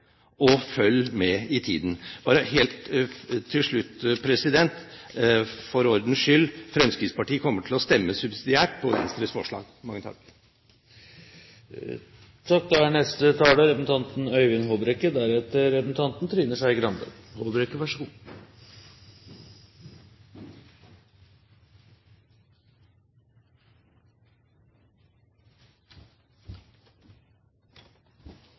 og følg med i tiden! Helt til slutt, for ordens skyld: Fremskrittspartiet kommer til å stemme subsidiært for Venstres forslag.